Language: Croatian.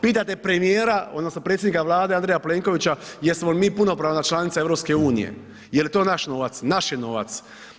Pitajte premijera odnosno predsjednika Vlade Andreja Plenkovića jesmo li mi punopravna članica EU, jeli to naš novac, naš je novac.